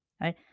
right